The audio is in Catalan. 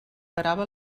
parava